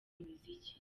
imiziki